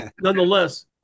Nonetheless